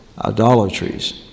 idolatries